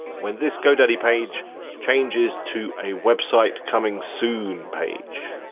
when this godaddy page changes to a website coming soon page.